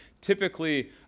Typically